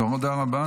תודה רבה.